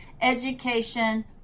education